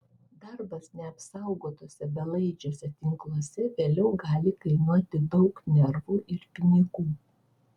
darbas neapsaugotuose belaidžiuose tinkluose vėliau gali kainuoti daug nervų ir pinigų